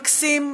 מקסים,